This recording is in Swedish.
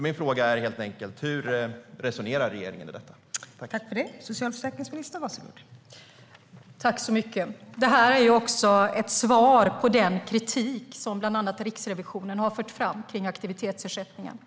Min fråga är helt enkelt: Hur resonerar regeringen i den frågan?